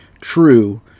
true